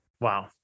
Wow